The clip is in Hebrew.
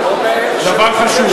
שמעתי את ראש הממשלה אומר, דבר חשוב.